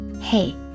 Hey